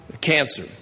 cancer